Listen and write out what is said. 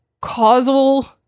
causal